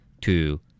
Two